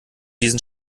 diesen